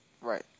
Right